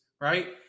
right